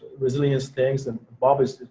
resilience things. and bob is.